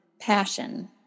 passion